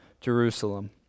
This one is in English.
Jerusalem